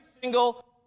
single